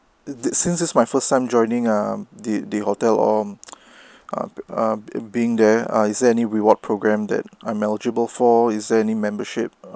since it's my first time joining um the the hotel or um err bei~ being there uh is there any reward program that I'm eligible for is there any membership